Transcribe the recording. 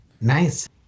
nice